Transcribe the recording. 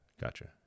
Gotcha